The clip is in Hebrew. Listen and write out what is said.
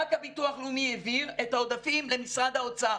רק הביטוח הלאומי העביר את העודפים למשרד האוצר,